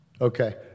Okay